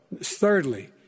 thirdly